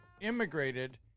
immigrated